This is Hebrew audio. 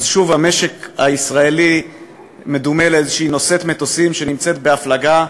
אז שוב המשק הישראלי מדומה לאיזו נושאת מטוסים שנמצאת בהפלגה,